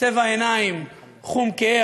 צבע עיניים חום כהה,